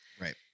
Right